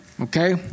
okay